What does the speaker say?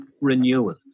renewal